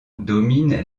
domine